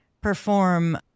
perform